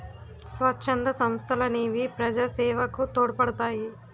స్వచ్ఛంద సంస్థలనేవి ప్రజాసేవకు తోడ్పడతాయి